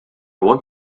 want